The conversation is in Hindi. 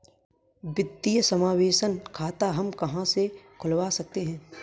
वित्तीय समावेशन खाता हम कहां से खुलवा सकते हैं?